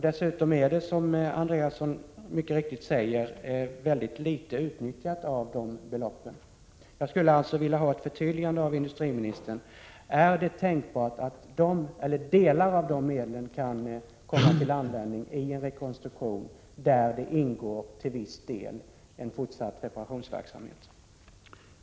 Dessutom är, som Owe Andréasson sade, endast en liten del av anslaget utnyttjad. Jag skulle alltså vilja ha ett förtydligande från industriministern: Är det tänkbart att delar av de ifrågavarande medlen kan komma till användning vid en rekonstruktion, där en viss reparationsverksamhet ingår?